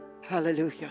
Hallelujah